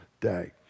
day